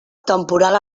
temporal